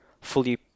fully